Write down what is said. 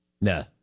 No